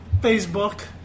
Facebook